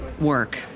work